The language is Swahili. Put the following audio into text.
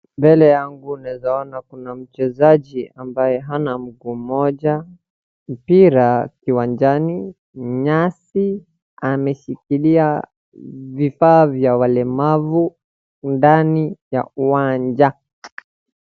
Mbele yangu naeza ona kuna mchezaji ambaye hana mguu mmoja, mpira kiwanjani, nyasi, na ameshikilia vifaa vya walemavu ndani ya uwanja.